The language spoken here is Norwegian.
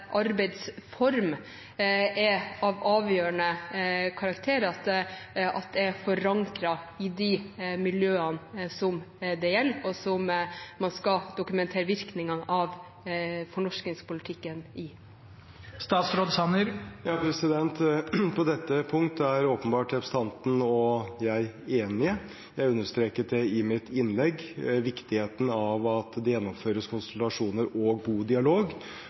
arbeidsform er av avgjørende karakter, at det er forankret i de miljøene det gjelder, og som man skal dokumentere virkningene av fornorskingspolitikken i. På dette punktet er åpenbart representanten og jeg enige. Jeg understreket i mitt innlegg viktigheten av at det gjennomføres konsultasjoner og god dialog,